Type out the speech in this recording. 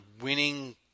winning